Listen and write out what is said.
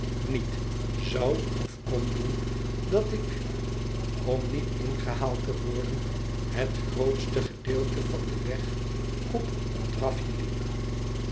niet zou of kon doen dat ik om niet ingehaald te worden het grootste gedeelte van den weg op een drafje liep